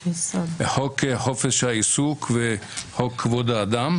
חוק חופש העיסוק וחוק כבוד האדם,